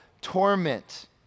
torment